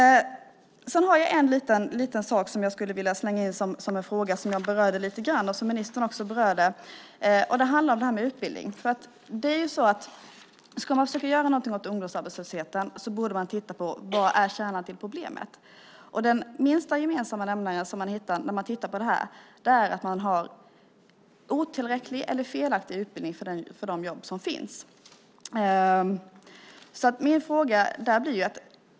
Jag har en sak som jag skulle vilja slänga in som en fråga som jag har berört lite grann, och som ministern också har berört, nämligen utbildning. Ska man försöka göra något åt ungdomsarbetslösheten borde man titta på vad kärnan till problemet är. Den minsta gemensamma nämnaren är att man har otillräcklig eller felaktig utbildning för de jobb som finns.